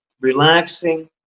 relaxing